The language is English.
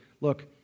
Look